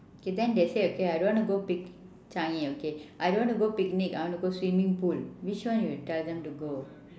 okay then they say okay I don't want to go pic~ changi okay I don't want to go picnic I want to go swimming pool which one you tell them to go